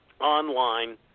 online